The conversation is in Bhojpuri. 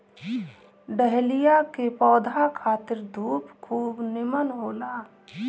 डहेलिया के पौधा खातिर धूप खूब निमन होला